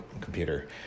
computer